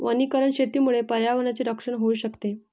वनीकरण शेतीमुळे पर्यावरणाचे रक्षण होऊ शकते